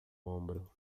ombro